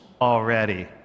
already